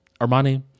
Armani